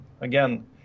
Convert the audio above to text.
again